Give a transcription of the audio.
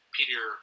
Peter